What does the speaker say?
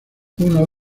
uno